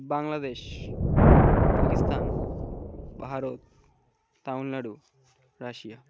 Bangladesh Pakistan Bharat Tamil Nadu Russia